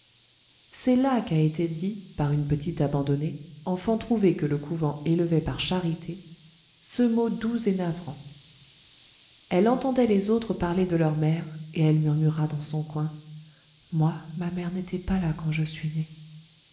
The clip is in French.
c'est là qu'a été dit par une petite abandonnée enfant trouvé que le couvent élevait par charité ce mot doux et navrant elle entendait les autres parler de leurs mères et elle murmura dans son coin moi ma mère n'était pas là quand je suis née